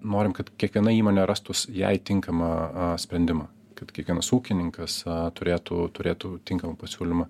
norim kad kiekviena įmonė rastųs jai tinkamą sprendimą kad kiekvienas ūkininkas turėtų turėtų tinkamą pasiūlymą